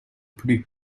plus